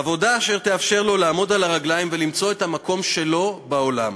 עבודה אשר תאפשר לו לעמוד על הרגליים ולמצוא את המקום שלו בעולם.